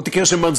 מוטי קירשנבאום,